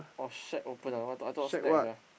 oh shack open ah I thought I thought snack sia